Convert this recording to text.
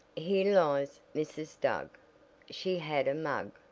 here lies mrs. doug she had a mug,